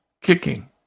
kicking